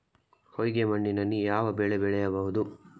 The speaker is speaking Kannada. ಹೊಯ್ಗೆ ಮಣ್ಣಿನಲ್ಲಿ ಯಾವ ಬೆಳೆ ಬೆಳೆಯಬಹುದು?